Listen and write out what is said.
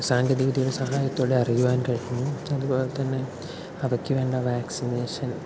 സാങ്കേതികവിദ്യയുടെ സഹായത്തോടെ അറിയുവാൻ കഴിഞ്ഞു അതുപോലെത്തന്നെ അവയ്ക്ക് വേണ്ട വാക്സിനേഷൻ